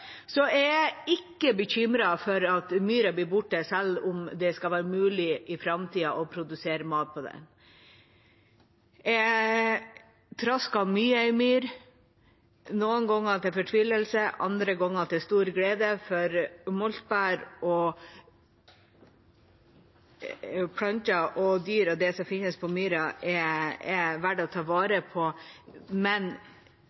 jeg er ikke bekymret for at myra blir borte, selv om det skal være mulig i framtiden å produsere mat på den. Jeg har traska mye i myr, noen ganger til fortvilelse, andre ganger til stor glede over moltebær og planter. Det som finnes på myra, er verdt å ta